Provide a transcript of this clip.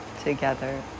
together